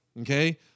okay